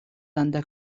اندک